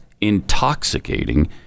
intoxicating